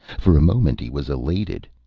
for a moment he was elated.